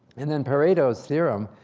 and then pareto's theorem,